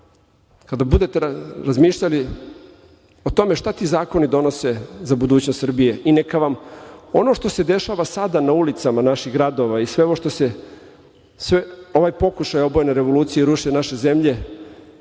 kada budete razmišljali o tome šta ti zakoni donose za budućnost Srbije i neka vam ono što se dešava sada na ulicama naših gradova i ovaj pokušaj obojene revolucije i rušenja naše zemlje,